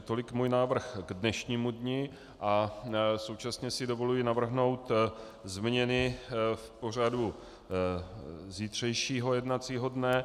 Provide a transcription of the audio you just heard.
Tolik můj návrh k dnešnímu dni a současně si dovoluji navrhnout změny v pořadu zítřejšího jednacího dne.